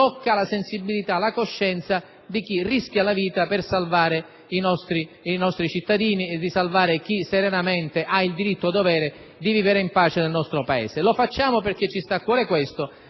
tocca la sensibilità e la coscienza di chi rischia la vita per salvare i nostri cittadini e di chi serenamente ha il diritto-dovere di vivere in pace nel nostro Paese. Lo facciamo perché ci sta a cuore questo,